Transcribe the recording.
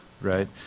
right